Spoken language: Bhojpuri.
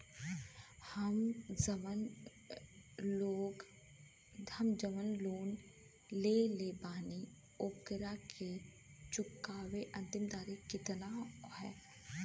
हम जवन लोन लेले बानी ओकरा के चुकावे अंतिम तारीख कितना हैं?